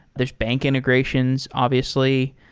there're bank integrations obviously.